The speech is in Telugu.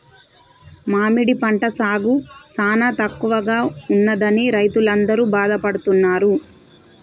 మామిడి పంట సాగు సానా తక్కువగా ఉన్నదని రైతులందరూ బాధపడుతున్నారు